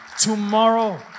tomorrow